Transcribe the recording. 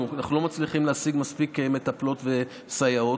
אנחנו לא מצליחים להשיג מספיק מטפלות וסייעות.